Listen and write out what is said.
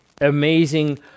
amazing